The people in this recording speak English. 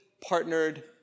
partnered